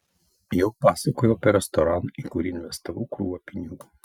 jau pasakojau apie restoraną į kurį investavau krūvą pinigų